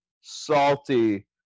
salty